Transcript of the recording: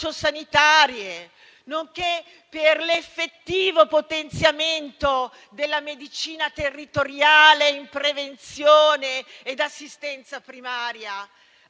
sociosanitarie, nonché per l'effettivo potenziamento della medicina territoriale in prevenzione ed assistenza primaria,